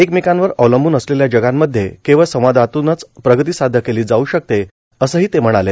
एकमेकांवर अवलंबून असलेल्या जगामध्ये केवळ संवादातूनच प्रगती साध्य केलो जाऊ शकते असं ते म्हणाले